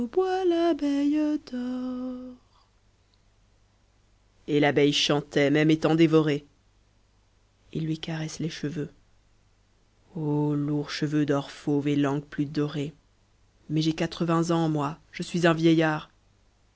et l'abeille chantait même étant dévorée il lui caresse les cheveux lourds cheveux d'or fauve et langue plus dorée mais j'ai quatre-vingts ans moi je suis un vieillard